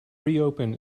reopen